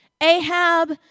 Ahab